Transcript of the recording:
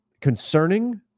concerning